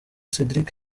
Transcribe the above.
cedric